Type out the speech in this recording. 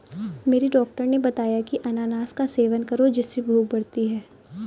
मेरे डॉक्टर ने बताया की अनानास का सेवन करो जिससे भूख बढ़ती है